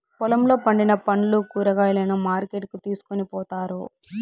పొలంలో పండిన పండ్లు, కూరగాయలను మార్కెట్ కి తీసుకొని పోతారు